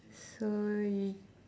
so y~